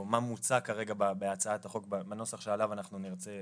או מה מוצע כרגע בהצעת החוק בנוסח שאנחנו נרצה